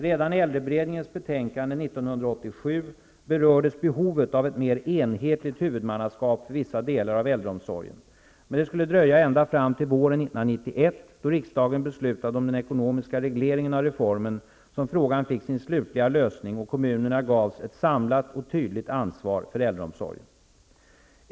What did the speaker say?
Redan i äldreberedningens betänkande 1987 berördes behovet av ett mer enhetligt huvudmannaskap för vissa delar av äldreomsorgen. Men det skulle dröja ända fram till våren 1991, då riksdagen beslutade om den ekonomiska regleringen av reformen, som frågan fick sin slutliga lösning och kommunerna gavs ett samlat och tydligt ansvar för äldreomsorgen.